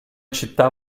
città